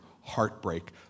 heartbreak